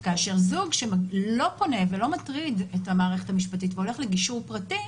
כאשר זוג שלא פונה ולא מטריד את המערכת המשפטית והולך לגישור פרטי,